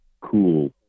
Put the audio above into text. cool